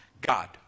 God